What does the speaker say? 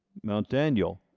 mount daniel,